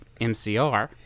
MCR